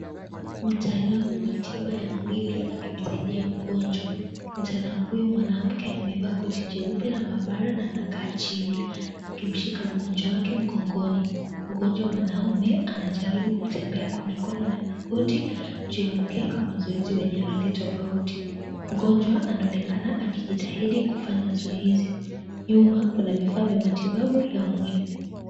Mtaalam wa tiba ya mwili akimsaidia mgonjwa. Mtaalam huyo mwanamke amevaa koti jeupe la maabara na anakaa chini akimshika mgonjwa wake mgongoni. Mgonjwa mwanaume anajaribu kutembea kwa mikono na magoti juu ya mkeka wa mazoezi wenye rangi tofauti. Mgonjwa anaonekana akijitahidi kufanya zoezi. Nyuma kuna vifaa vya matibabu ya mwili.